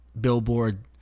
Billboard